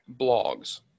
blogs